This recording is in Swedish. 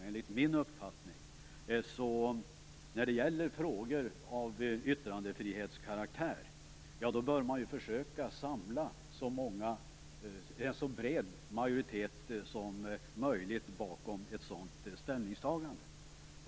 Enligt min uppfattning bör man i frågor av yttrandsfrihetskaraktär försöka samla en så bred majoritet som möjligt bakom ett ställningstagande.